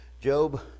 Job